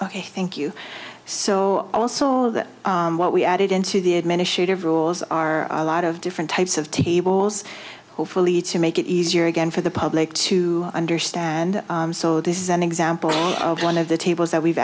ok thank you so also that what we added into the administrative rules are a lot of different types of tables hopefully to make it easier again for the public to understand so this is an example of one of the tables that we've